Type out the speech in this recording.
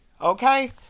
okay